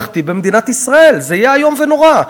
הממלכתי במדינת ישראל, זה יהיה איום ונורא.